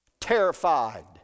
terrified